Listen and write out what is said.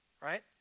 right